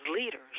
leaders